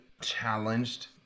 Challenged